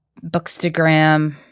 bookstagram